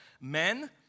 men